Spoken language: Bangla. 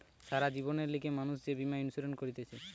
সারা জীবনের লিগে মানুষ যে বীমা ইন্সুরেন্স করতিছে